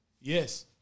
Yes